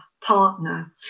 partner